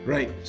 Right